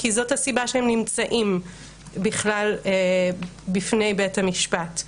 וזאת הסיבה שהם נמצאים בכלל בפני בית המשפט.